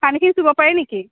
পানীখিনি চুব পাৰি নেকি